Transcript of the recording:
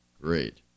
great